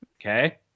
Okay